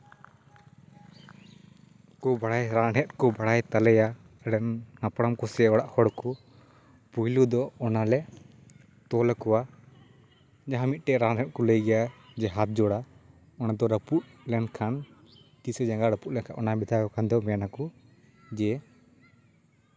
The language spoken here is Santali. ᱠᱚ ᱵᱟᱲᱟᱭ ᱦᱮᱣᱟ ᱠᱚ ᱵᱟᱲᱟᱭ ᱛᱟᱞᱮᱭᱟ ᱦᱟᱯᱲᱟᱢ ᱠᱩ ᱥᱮ ᱚᱲᱟᱜ ᱦᱚᱲ ᱠᱚ ᱯᱳᱭᱞᱳ ᱫᱚ ᱚᱱᱟ ᱞᱮ ᱛᱚᱞᱟᱠᱚᱣᱟ ᱡᱟᱦᱟᱸ ᱢᱤᱫᱴᱮᱡ ᱨᱟᱱ ᱨᱮᱦᱮᱫ ᱠᱚ ᱞᱟᱹᱭ ᱜᱮᱭᱟ ᱦᱟᱛ ᱡᱳᱲᱟ ᱚᱱᱟᱫᱚ ᱨᱟᱹᱯᱩᱫ ᱞᱮᱱ ᱠᱷᱟᱱ ᱛᱤ ᱥᱮ ᱡᱟᱸᱜᱟ ᱨᱟᱹᱯᱩᱫ ᱞᱮᱱᱠᱷᱟᱱ ᱚᱱᱟ ᱨᱟᱹᱯᱩᱫ ᱞᱮᱱᱠᱷᱟᱱ ᱢᱮᱱᱟᱠᱚ ᱡᱮ